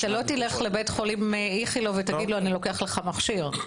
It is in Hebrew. אתה לא תלך לבית החולים איכילוב ותגיד לו: אני לוקח לך מכשיר,